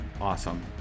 awesome